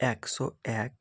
একশো এক